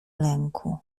lęku